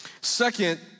Second